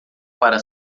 para